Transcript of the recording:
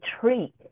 treat